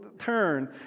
turn